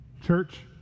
church